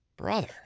brother